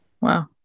wow